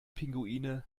pinguine